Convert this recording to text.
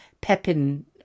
Pepin